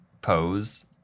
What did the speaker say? Pose